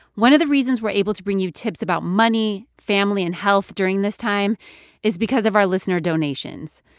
one of the reasons we're able to bring you tips about money, family and health during this time is because of our listener donations.